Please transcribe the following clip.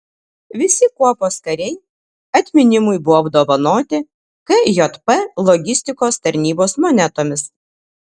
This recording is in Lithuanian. visi kuopos kariai atminimui buvo apdovanoti kjp logistikos tarnybos monetomis